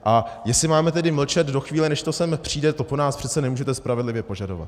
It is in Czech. A jestli tedy máme mlčet do chvíle, než to sem přijde, to po nás přece nemůžete spravedlivě požadovat.